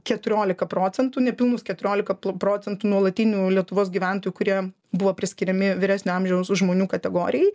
keturiolika procentų nepilnus keturiolika procentų nuolatinių lietuvos gyventojų kurie buvo priskiriami vyresnio amžiaus žmonių kategorijai